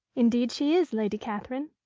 indeed she is, lady catherine.